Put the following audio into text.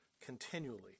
continually